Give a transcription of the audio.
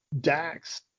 Dax